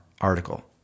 article